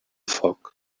foc